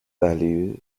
value